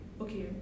okay